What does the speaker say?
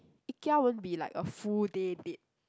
Ikea won't be like a full day date